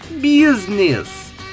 BUSINESS